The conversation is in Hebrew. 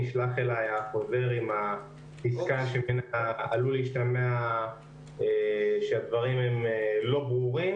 נשלח אלי החוזר עם הפסקה שעלול להשתמע שהדברים הם לא ברורים.